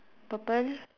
purple